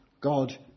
God